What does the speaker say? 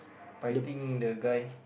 biting the guy